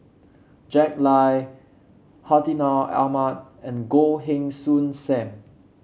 Jack Lai Hartinah Ahmad and Goh Heng Soon Sam